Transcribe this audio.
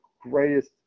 greatest